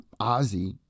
Ozzy